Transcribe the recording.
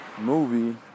movie